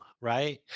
Right